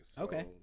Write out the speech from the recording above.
okay